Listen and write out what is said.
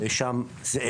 יש שם זאבים,